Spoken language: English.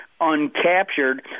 uncaptured